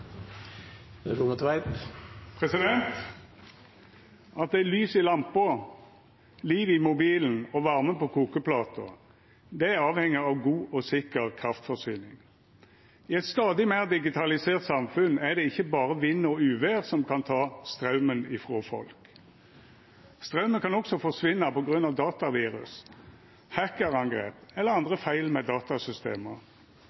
lys i lampa, liv i mobilen og varme på kokeplata, avheng av god og sikker kraftforsyning. I eit stadig meir digitalisert samfunn er det ikkje berre vind og uvêr som kan ta straumen frå folk. Straumen kan også forsvinna på grunn av datavirus, hackar-angrep eller